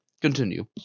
Continue